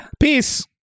Peace